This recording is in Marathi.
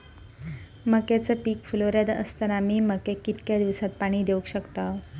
मक्याचो पीक फुलोऱ्यात असताना मी मक्याक कितक्या दिवसात पाणी देऊक शकताव?